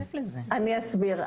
אני אסביר.